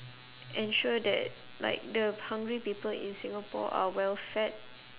ensure that like the hungry people in singapore are well fed